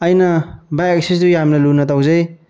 ꯑꯩꯅ ꯕꯥꯏꯛ ꯑꯁꯤꯁꯨ ꯌꯥꯝꯅ ꯂꯨꯅ ꯇꯧꯖꯩ